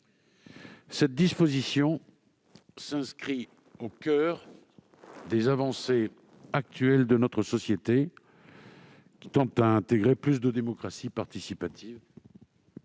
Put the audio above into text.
Cette disposition s'inscrit au coeur des avancées actuelles de notre société qui tendent à intégrer plus de démocratie participative